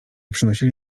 przynosili